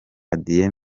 adrien